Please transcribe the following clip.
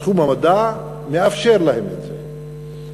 תחום המדע מאפשר להם את זה.